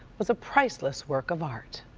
it's a priceless work of art.